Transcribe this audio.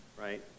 right